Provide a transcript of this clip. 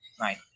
right